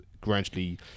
gradually